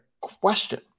question